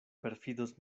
perfidos